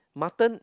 mutton